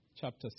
chapter